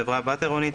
חברת בת עירונית,